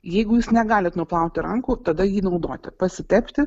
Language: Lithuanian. jeigu jūs negalit nuplauti rankų tada jį naudoti pasitepti